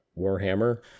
Warhammer